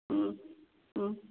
ꯎꯝ ꯎꯝ